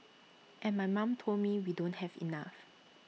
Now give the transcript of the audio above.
and my mom told me we don't have enough